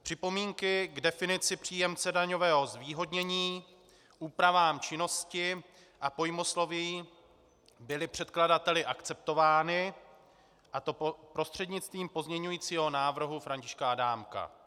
Připomínky k definici příjemce daňového zvýhodnění, k úpravám činnosti a pojmosloví byly předkladateli akceptovány, a to prostřednictvím pozměňovacího návrhu Františka Adámka.